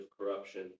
corruption